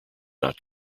not